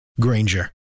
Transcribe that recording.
Granger